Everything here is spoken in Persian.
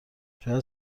شاید